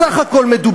בסך הכול,